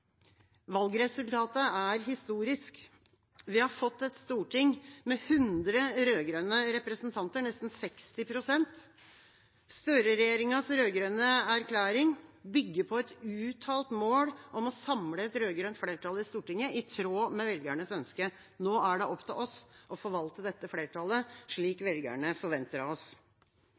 Valgresultatet er historisk. Vi har fått et storting med 100 rød-grønne representanter – nesten 60 pst. Støre-regjeringas rød-grønne erklæring bygger på et uttalt mål om å samle et rød-grønt flertall i Stortinget, i tråd med velgernes ønske. Nå er det opp til oss å forvalte dette flertallet slik velgerne forventer av oss.